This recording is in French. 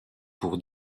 pour